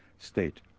state